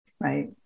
Right